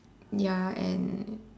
ya and